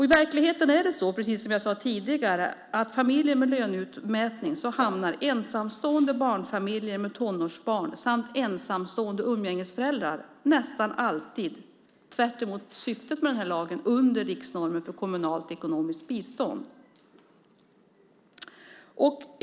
I verkligheten är det så, precis som jag sade tidigare, att bland familjer med löneutmätning hamnar ensamstående barnfamiljer med tonårsbarn och ensamstående umgängesföräldrar nästan alltid, tvärtemot syftet med lagen, under riksnormen för kommunalt ekonomiskt bistånd.